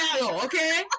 Okay